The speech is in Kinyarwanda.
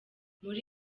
muri